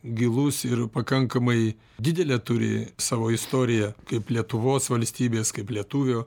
gilus ir pakankamai didelę turi savo istoriją kaip lietuvos valstybės kaip lietuvio